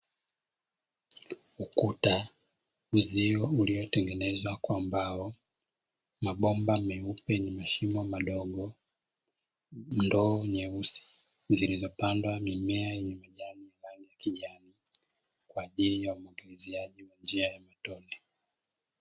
Ukuta uzio uliotengenezwa kwa mbao, mabomba meupe yenye mashimo madogo ndoo nyeusi zilizopandwa mimea yenye majani ya rangi ya kijani kwa ajili ya umwagiliziaji wa njia ya matone.